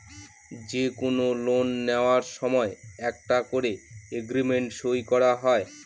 যে কোনো লোন নেওয়ার সময় একটা করে এগ্রিমেন্ট সই করা হয়